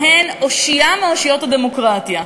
והן אושיה מאושיות הדמוקרטיה.